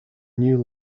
new